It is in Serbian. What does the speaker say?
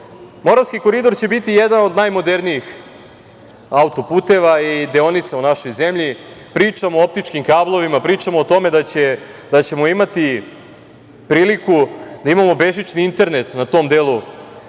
Moravski koridor će biti jedan od najmodernijih auto-puteva i deonica u našoj zemlji. Pričamo o optičkim kablovima, pričamo o tome da ćemo imati priliku da imamo bežični internet na tom delu